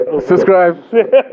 subscribe